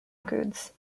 goods